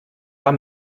war